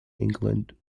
england